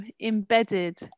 embedded